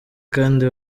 kandi